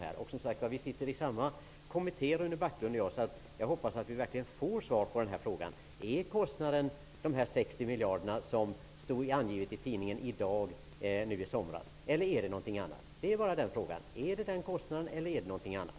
Rune Backlund och jag sitter i samma kommitté, och jag hoppas att vi verkligen skall få svar på frågan om kostnaden uppgår till 60 miljarder, som angavs i tidningen iDag i somras, eller till något annat.